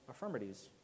affirmities